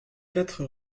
quatre